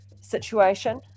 situation